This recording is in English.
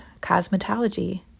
cosmetology